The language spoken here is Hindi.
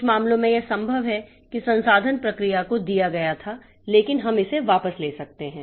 कुछ मामलों में यह संभव है कि संसाधन प्रक्रिया को दिया गया था लेकिन हम इसे वापस ले सकते हैं